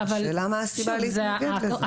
השאלה מה הסיבה להתנגד לזה.